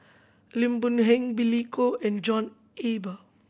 Lim Boon Heng Billy Koh and John Eber